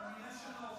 כנראה שלא.